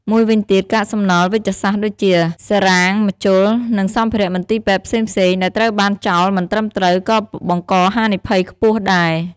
មួយវិញទៀត កាកសំណល់វេជ្ជសាស្ត្រដូចជា សឺរ៉ាំង ម្ជុល និងសម្ភារៈមន្ទីរពេទ្យផ្សេងៗ ដែលត្រូវបានចោលមិនត្រឹមត្រូវក៏បង្កហានិភ័យខ្ពស់ដែរ។